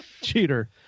cheater